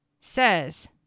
says